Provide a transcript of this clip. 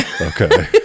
Okay